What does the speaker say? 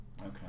Okay